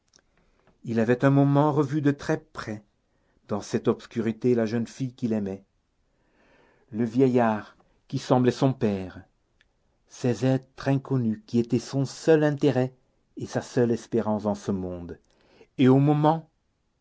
il avait un moment revu de très près dans cette obscurité la jeune fille qu'il aimait le vieillard qui semblait son père ces êtres inconnus qui étaient son seul intérêt et sa seule espérance en ce monde et au moment